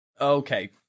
Okay